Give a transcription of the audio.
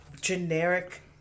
generic